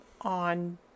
on